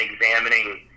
examining